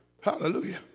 Hallelujah